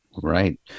Right